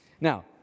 Now